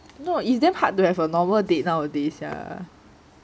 no it's damn hard to have a normal date nowadays sia